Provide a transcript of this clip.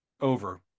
over